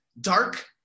dark